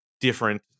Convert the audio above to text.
different